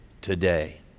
today